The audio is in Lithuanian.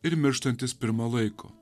ir mirštantis pirma laiko